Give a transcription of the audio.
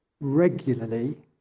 regularly